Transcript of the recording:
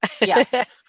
Yes